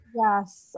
Yes